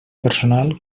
personal